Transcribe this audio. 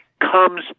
comes